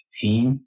team